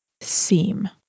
seem